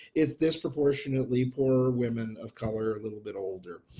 it's disproportionately poor women of color a little bit older,